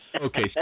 Okay